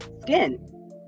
skin